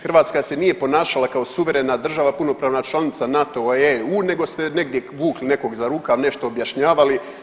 Hrvatska se nije ponašala kao suverena država punopravna članica NATO i EU, nego ste negdje vukli nekog za rukav, nešto objašnjavali.